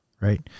right